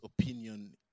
opinion